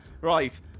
Right